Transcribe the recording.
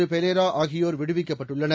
ஃபெலேரோ ஆகியோர் விடுவிக்கப்பட்டுள்ளனர்